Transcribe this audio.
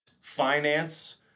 finance